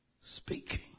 speaking